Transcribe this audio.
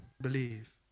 believe